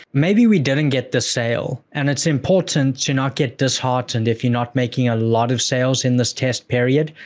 maybe we didn't get the sale, and it's important to not get disheartened if you're not making a lot of sales in this test period,